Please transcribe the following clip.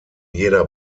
jeder